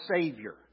Savior